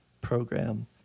program